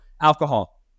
Alcohol